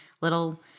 little